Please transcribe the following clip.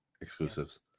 exclusives